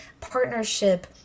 partnership